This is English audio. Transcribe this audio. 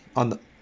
on the